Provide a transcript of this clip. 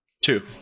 Two